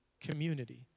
community